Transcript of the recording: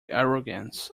arrogance